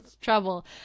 trouble